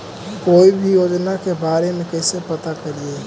कोई भी योजना के बारे में कैसे पता करिए?